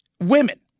Women